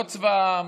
לא צבא העם,